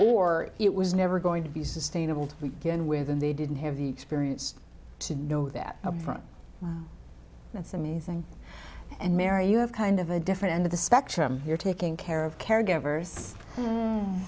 or it was never going to be sustainable we begin with and they didn't have the experience to know that up front that's amazing and mary you have kind of a different end of the spectrum here taking care of caregivers